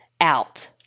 out